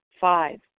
Five